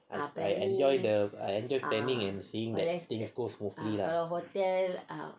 I enjoy the I enjoy planning and seeing that things goes smoothly ah